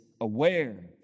aware